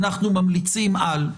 "אנחנו ממליצים על",